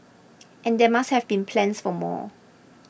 and there must have been plans for more